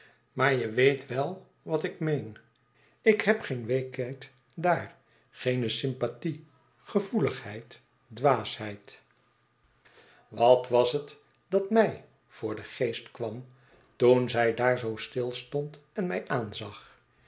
maar je weet wel wat ik meen ik heb geene weekheid daar geene sympathie gevoeligheid dwaasheid wat was het dat mij voor den geest kwam toen zij daar zoo stil stond en mij aanzag